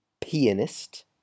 pianist